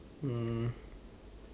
um